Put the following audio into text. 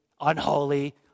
unholy